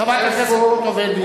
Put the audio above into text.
חברת הכנסת חוטובלי.